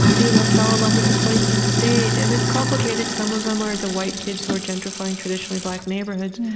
you know fell in love with the place and stayed. and it's complicated. some of them are the white kids who are gentrifying traditionally black neighborhoods.